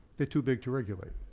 they're too big to regulate.